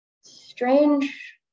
strange